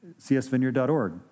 csvineyard.org